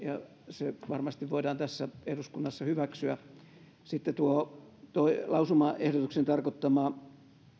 se varmasti voidaan tässä eduskunnassa hyväksyä sitten tuo lausumaehdotuksen tarkoittama